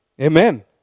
Amen